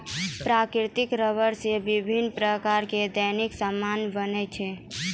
प्राकृतिक रबर से बिभिन्य प्रकार रो दैनिक समान बनै छै